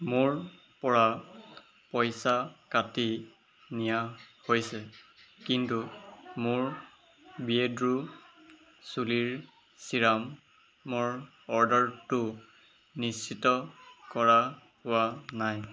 মোৰপৰা পইচা কাটি নিয়া হৈছে কিন্তু মোৰ বিয়েৰ্ডো চুলিৰ ছিৰামৰ অৰ্ডাৰটো নিশ্চিত কৰা হোৱা নাই